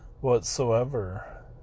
whatsoever